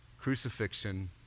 crucifixion